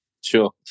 Sure